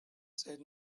said